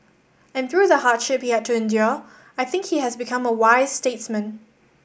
and through the hardship he had to endure I think he has become a wise statesman